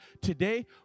today